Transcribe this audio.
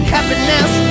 Happiness